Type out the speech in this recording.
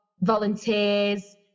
volunteers